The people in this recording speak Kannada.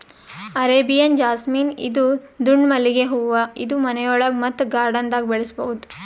ಅರೇಬಿಯನ್ ಜಾಸ್ಮಿನ್ ಇದು ದುಂಡ್ ಮಲ್ಲಿಗ್ ಹೂವಾ ಇದು ಮನಿಯೊಳಗ ಮತ್ತ್ ಗಾರ್ಡನ್ದಾಗ್ ಬೆಳಸಬಹುದ್